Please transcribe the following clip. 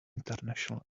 international